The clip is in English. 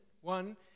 one